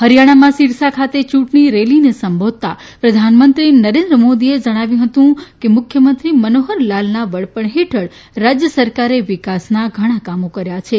હરિયાણામાં સીરસા ખાતે યૂંટણી રેલીને સંબોધતા પ્રધાનમંત્રી નરેન્દ્ર મોદીએ જણાવ્યું હતું કે મુખ્યમંત્રી મનોહરલાલના વડપણ હેઠળ રાજ્ય સરકારે વિકાસના ઘણા કામો કર્યા છે